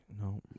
no